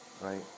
right